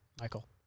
Michael